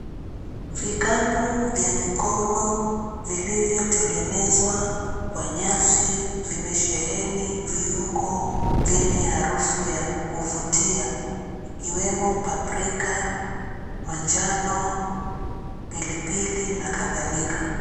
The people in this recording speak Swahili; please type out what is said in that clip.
Vikapu vya mikono vilivyotengezwa kwa nyasi vimesheheni viungo vyenye harufu ya kuvutia. Ikiwemo paprika, manjano, pilipili na kadhalika.